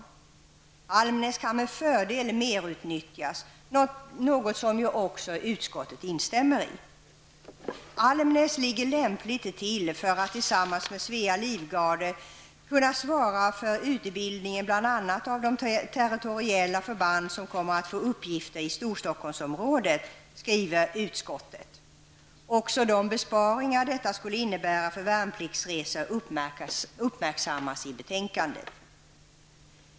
Almnäs kan med fördel merutnyttjas, något som ju också utskottet instämmer i. ''Almnäs ligger lämpligt till för att tillsammans med Svea livgarde -- kunna svara för utbildningen bl.a. av de territoriella förband som kommer att få uppgifter i Stockholmsområdet. ''', skriver utskottet. Också de besparingar detta skulle innebära för värnpliktsresor uppmärksammas i betänkandet.